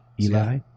Eli